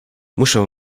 muszę